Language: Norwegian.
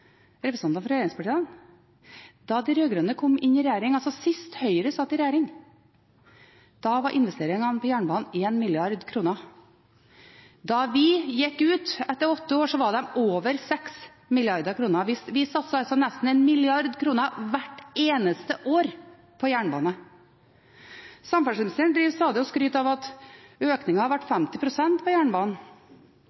fra regjeringspartiene. Da de rød-grønne kom inn i regjering, altså etter sist gang Høyre satt i regjering, var investeringene til jernbanen på 1 mrd. kr. Da vi gikk ut etter åtte år, var de på over 6 mrd. kr. Vi satset altså nesten 1 mrd. kr hvert eneste år på jernbane. Samferdselsministeren skryter stadig av at økningen har vært 50 pst. på jernbanen